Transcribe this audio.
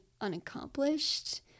unaccomplished